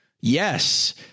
Yes